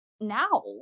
now